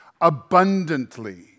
abundantly